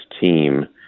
team